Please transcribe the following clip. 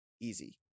easy